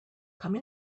come